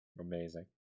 amazing